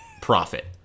profit